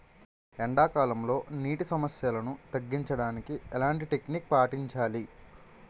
ఎండా కాలంలో, నీటి సమస్యలను తగ్గించడానికి ఎలాంటి టెక్నిక్ పాటించాలి?